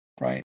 right